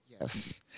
Yes